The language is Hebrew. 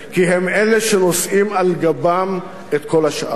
כי הם אלה שנושאים על גבם את כל השאר.